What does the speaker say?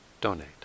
donate